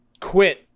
quit